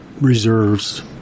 Reserves